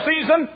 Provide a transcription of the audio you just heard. season